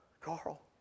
Carl